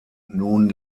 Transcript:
nun